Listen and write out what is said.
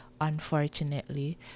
unfortunately